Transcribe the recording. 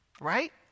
right